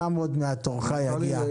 עוד מעט תורך יגיע.